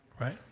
right